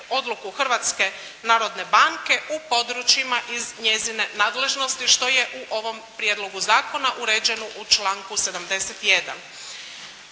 odluku Hrvatske narodne banke u područjima iz njezine nadležnosti što je u ovom prijedlogu zakona uređeno u članku 71.